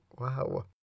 Wow